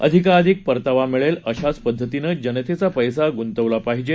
अधिकाधिकपरतावामिळेलअशाचपद्धतीनंजनतेचापैसागुंतवलापाहिजे